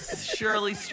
Shirley